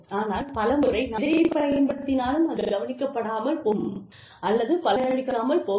ஆனால் பல முறை நாம் எதைப் பயன்படுத்தினாலும் அது கவனிக்கப்படாமல் போகும் அல்லது பலனளிக்காமல் போகும்